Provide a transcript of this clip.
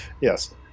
Yes